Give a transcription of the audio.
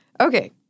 Okay